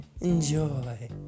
enjoy